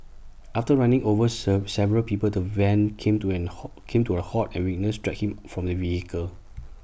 after running over serve several people the van came to in halt came to A halt and witnesses dragged him from the vehicle